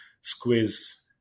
squeeze